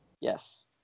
Yes